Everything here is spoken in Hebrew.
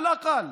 לפחות